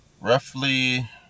roughly